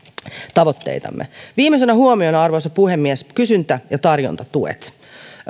tavoitteitamme viimeisenä huomiona arvoisa puhemies kysyntä ja tarjontatuet